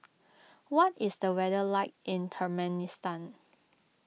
what is the weather like in Turkmenistan